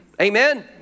Amen